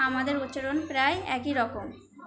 আমাদের উচ্চারণ প্রায় একই রকম